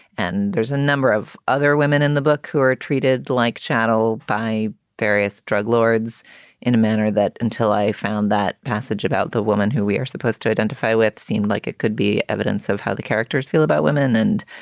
and there's a number of other women in the book who are treated like chattel by various lords in a manner that until i found that passage about the woman who we are supposed to identify with seemed like it could be evidence of how the characters feel about women and